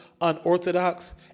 unorthodox